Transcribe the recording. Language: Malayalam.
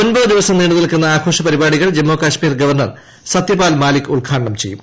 ഒമ്പതു ദിവസം നീണ്ടു നിൽക്കുന്ന ആഘോഷ പരിപാടികൾ ജമ്മു കശ്മീർ ഗവർണർ സത്യപാൽ മാലിക് ഉദ്ഘാടനം ചെയ്യും